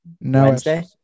wednesday